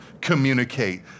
communicate